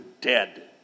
dead